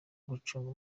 gucunga